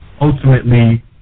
ultimately